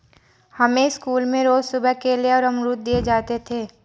हमें स्कूल में रोज सुबह केले और अमरुद दिए जाते थे